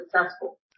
successful